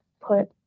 put